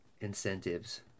incentives